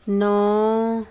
ਨੌਂ